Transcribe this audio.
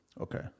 Okay